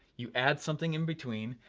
you add something in-between,